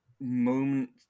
moment